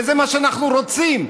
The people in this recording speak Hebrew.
וזה מה שאנחנו רוצים.